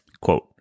quote